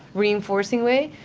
reinforcing way,